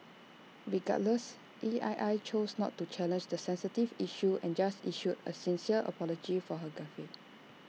regardless E I I chose not to challenge the sensitive issue and just issued A sincere apology for her gaffe